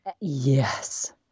yes